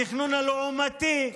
התכנון הלעומתי.